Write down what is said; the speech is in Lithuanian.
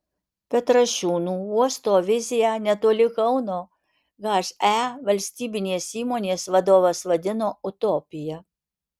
petrašiūnų uosto viziją netoli kauno he valstybinės įmonės vadovas vadino utopija